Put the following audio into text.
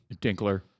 Dinkler